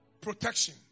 protection